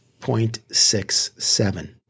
0.67